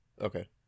Okay